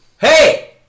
Hey